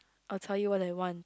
I'll tell you what I want